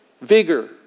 vigor